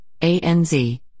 ANZ